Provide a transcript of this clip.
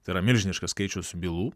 tai yra milžiniškas skaičius bylų